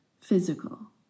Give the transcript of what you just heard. physical